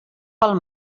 pel